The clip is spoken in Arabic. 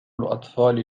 الأطفال